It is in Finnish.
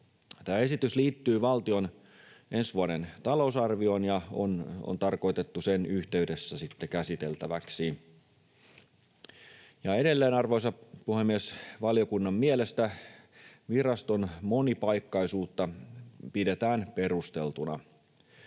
Tämä esitys liittyy valtion ensi vuoden talousarvioon ja on tarkoitettu sitten sen yhteydessä käsiteltäväksi. Edelleen, arvoisa puhemies, valiokunnan mielestä viraston monipaikkaisuutta pidetään perusteltuna.